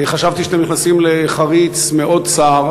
חשבתי שאתם נכנסים לחריץ מאוד צר,